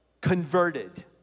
converted